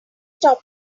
stop